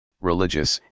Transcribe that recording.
religious